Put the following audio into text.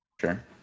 Sure